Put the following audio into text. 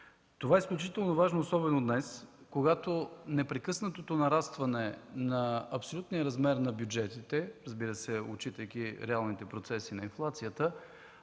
Това е изключително важно особено днес, когато непрекъснатото нарастване на абсолютния размер на бюджетите, отчитайки реалните процеси на инфлацията,